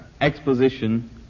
exposition